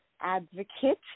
advocate